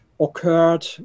occurred